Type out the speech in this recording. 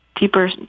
deeper